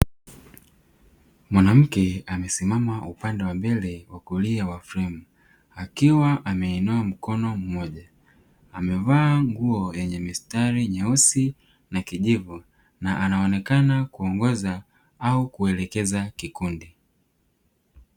Mwanamke amesimama upande wa mbele wa kulia wa fremu akiwa ameinua mkono mmoja, amevaa nguo yenye mistari myeusi na kijivu na anaonekana kuongoza au kuelekeza kikundi.